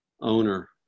owner